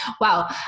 Wow